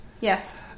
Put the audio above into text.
Yes